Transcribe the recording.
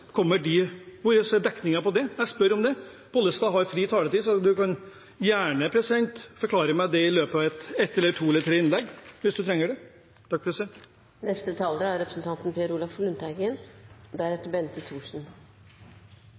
Hvor er dekningen? Jeg spør om det. Pollestad har fri taletid og kan gjerne forklare meg det i løpet av ett eller to eller tre innlegg. Det er mange som engasjerer seg i spørsmålet om hva en vil med jordbruket, for dette er